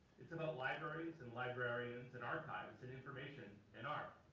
it's about libraries and librarians and archives and information and art.